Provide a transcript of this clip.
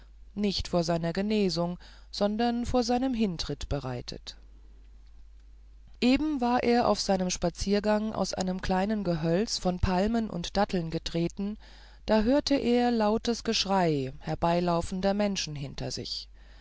nicht vor seiner genesung sondern vor seinem hintritt bereitet eben war er auf seinem spaziergang aus einem kleinen gehölz von palmen und datteln getreten da hörte er lautes geschrei herbeilaufender menschen hinter sich